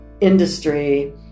industry